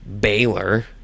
Baylor